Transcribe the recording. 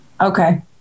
Okay